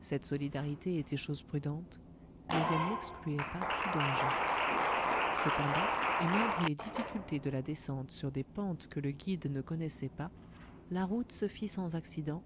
cette solidarité était chose prudente mais elle n'excluait pas tout danger cependant et malgré les difficultés de la descente sur des pentes que le guide ne connaissait pas la route se fit sans accident